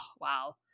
wow